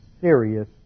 serious